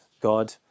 God